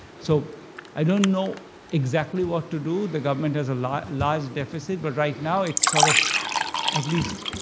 so i don't know exactly what to do. the government has a large large deficit. but right now, it's sort of at least